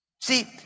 See